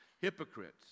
hypocrites